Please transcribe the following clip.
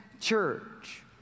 church